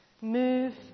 move